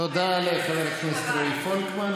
תודה לחבר הכנסת רועי פולקמן.